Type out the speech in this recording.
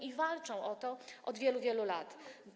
i walczą o to od wielu, wielu lat.